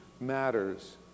matters